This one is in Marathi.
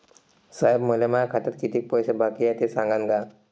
साहेब, मले माया खात्यात कितीक पैसे बाकी हाय, ते सांगान का?